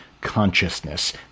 consciousness